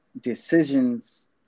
decisions